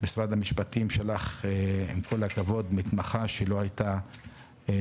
משרד המשפטים שלח מתמחה שעם כל הכבוד לא הכירה